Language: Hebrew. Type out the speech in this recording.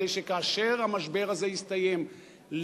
כדי שכאשר המשבר הזה יסתיים,